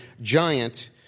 giant